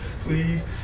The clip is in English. please